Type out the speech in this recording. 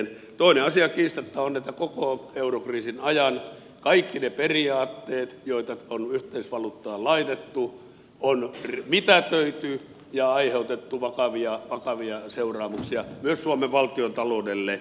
toinen asia kiistatta on että koko eurokriisin ajan kaikki ne periaatteet jotka on yhteisvaluuttaan laitettu on mitätöity ja aiheutettu vakavia seuraamuksia myös suomen valtiontaloudelle